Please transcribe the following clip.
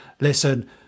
listen